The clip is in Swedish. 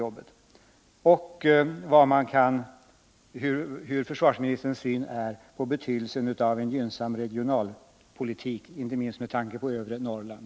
Likaså skulle jag vilja veta vilken försvarsministerns syn är på betydelsen av en gynnsam regionalpolitik, inte minst med tanke på övre Norrland.